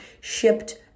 shipped